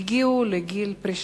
הגיעו לגיל פרישה,